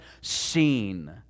seen